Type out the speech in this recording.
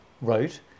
wrote